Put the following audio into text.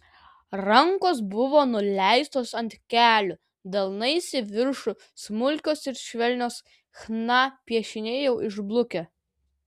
rankos buvo nuleistos ant kelių delnais į viršų smulkios ir švelnios chna piešiniai jau išblukę